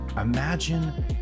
Imagine